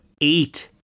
eight